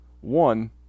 one